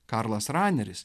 karlas raneris